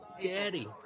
Daddy